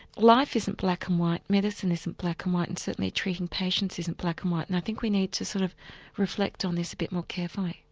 life isn't black and white, medicine isn't black and white and certainly treating patients isn't black and white. and i think we need to sort of reflect on this a bit more carefully.